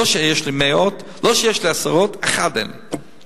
לא שיש לי מאות, לא שיש לי עשרות, אחד אין לי.